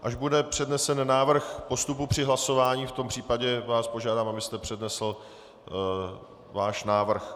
Až bude přednesen návrh postupu při hlasování, v tom případě vás požádám, abyste přednesl svůj návrh.